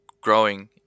growing